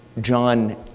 John